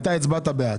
אתה הצבעת בעד.